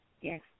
Yes